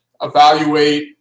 evaluate